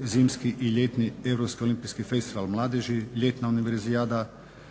zimski i ljetni europski olimpijski festival mladeži, ljetna univerzijada.